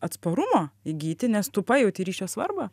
atsparumo įgyti nes tu pajauti ryšio svarbą